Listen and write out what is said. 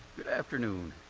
good afternoon.